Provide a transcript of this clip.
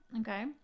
Okay